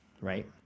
right